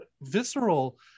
Visceral